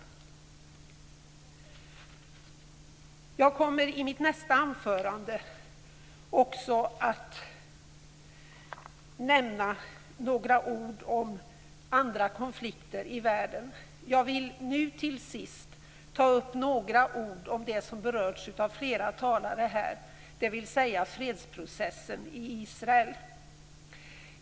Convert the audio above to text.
Jag kommer i mitt nästa anförande att säga några ord om andra konflikter i världen. Nu till sist vill jag dock ta upp något som berörts av flera talare här, nämligen fredsprocessen i Israel.